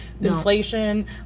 inflation